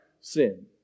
sin